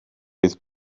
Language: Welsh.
bydd